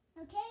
Okay